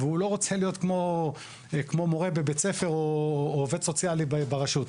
והוא לא רוצה להיות כמו מורה בבית ספר או כמו עובד סוציאלי ברשות.